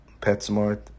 PetSmart